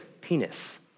penis